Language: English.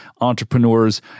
entrepreneurs